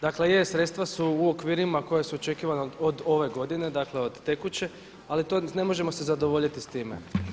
Dakle je, sredstva su u okvirima koja su očekivana od ove godine, dakle od tekuće ali to ne možemo se zadovoljiti sa time.